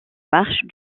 marches